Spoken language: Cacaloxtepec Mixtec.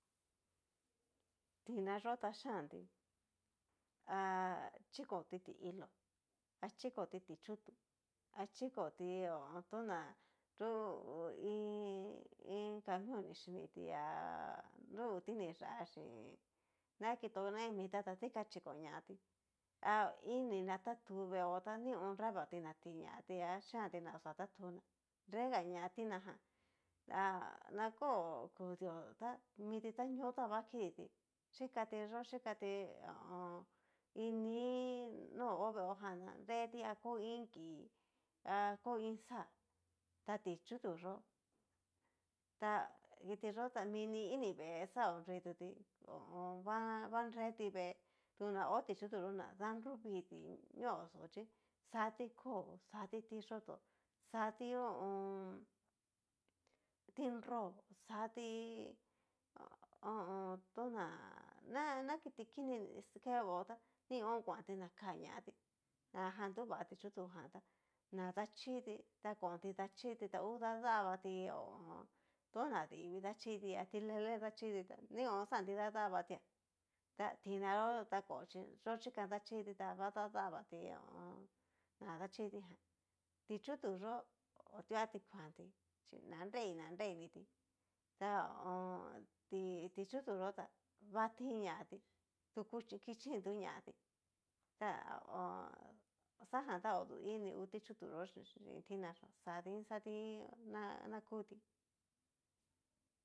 Tina yó ta xhianti ha chikoti ti'ilo ha chikoti ti'chutu, ha chikoti tona tu hu iin- iin camion ni xhinití, ha nrungu ti ni yá xin na kitó ne mitá, ta dikan xhikoñatí, ha iin ni na tatu veó ta nión nravatí na tinñati ha chianti na oxa tatuná nrega ña tina jan ta na ko kudio tá miti ta ñó ta va kidití, xhikatí yó xhikatí ho o on. ini no ho veeo jan ná, reti a koiin kií ha koin xá ta ti'chutu yó ta kiti yó ta mini ini vee xa oko tu tí ho o on. va anreti vee tana hó ti'chutu yó na danruvituti nó ñóxo xati koo xati tiyoto xati ho o on. tinró xati ho o on. tona na kiti kini ke veeo tá, nion kuanti na ká ñatí najan tu va ti'chutu jan tá, na dachiti ta konti dachiti ta ngu dadavatí ho o on, tona divii daxhiti a ti lele daxhiti ta nión xanti dadavatía, ta tina yó ta ko chi yo yikan dachiti ta va dadavatí na dachiti jan ti'chutu yó otuati xhiantí ta ho o on. ti'chutu yó ta va tin ñatí tu kiyin tu ñatí ta ho o on. xajan ta odu ini ngu ti'chutu yó xin tina yó xadin xadin na kutí.